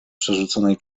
przerzuconej